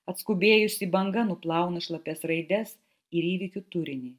atskubėjusi banga nuplauna šlapias raides ir įvykių turinį